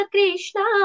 Krishna